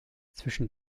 zwischen